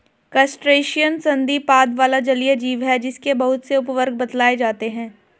crustacean संधिपाद वाला जलीय जीव है जिसके बहुत से उपवर्ग बतलाए जाते हैं